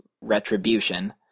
retribution